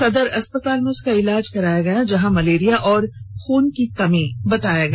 सदर अस्पताल में उसका इलाज कराया गया जहां मलेरिया और खून की कमी बताया गया